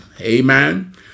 Amen